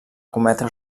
cometre